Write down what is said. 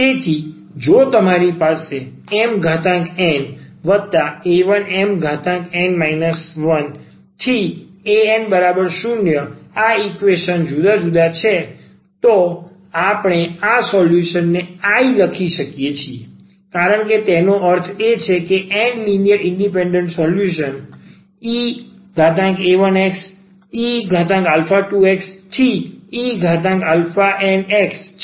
તેથી જો તમારી પાસે mna1mn 1an0 આ ઈક્વેશન ો જુદાં જુદાં છે તો આપણે આ સોલ્યુશનને I લખી શકીએ છીએ કારણ કે તેનો અર્થ એ છે કે આ n linear independent solution e1xe2xenx છે